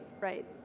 right